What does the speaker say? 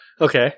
Okay